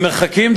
והמרחקים,